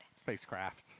Spacecraft